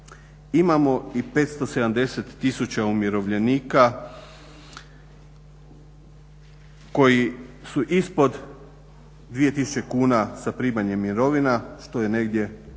Imamo i 570 tisuća umirovljenika koji su ispod 2 tisuće kuna sa primanjem mirovina, što je negdje blizu